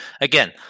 again